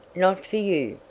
not for you,